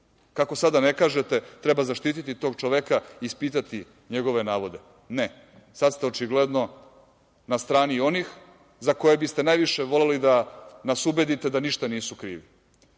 Kako sada ne kažete – treba zaštiti tog čoveka, ispitati njegove navode? Ne, sad ste očigledno na strani onih za koje biste najviše voleli da nas ubedite da ništa nisu